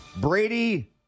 Brady